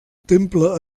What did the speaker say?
temple